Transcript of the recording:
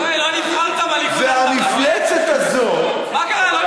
יואל, לא נבחרת בליכוד, והמפלצת הזו, מה קרה?